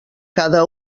cada